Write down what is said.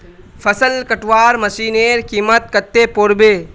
फसल कटवार मशीनेर कीमत कत्ते पोर बे